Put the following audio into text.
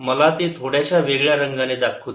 मला ते थोड्याशा वेगळ्या रंगाने बनवू द्या